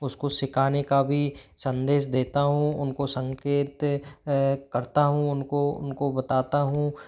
उस को सिखाने का भी संदेश देता हूँ उन को संकेत करता हूँ उन को उन को बताता हूँ